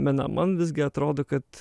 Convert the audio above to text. menam man visgi atrodo kad